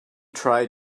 try